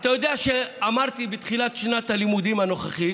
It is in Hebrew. אתה יודע, אמרתי שבתחילת שנת הלימודים הנוכחית,